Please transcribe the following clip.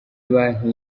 banki